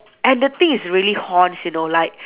and the thing is really haunts you know like